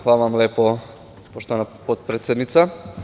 Hvala vam lepo, poštovana potpredsednice.